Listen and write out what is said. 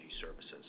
services